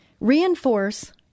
reinforce